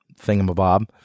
thingamabob